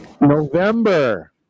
November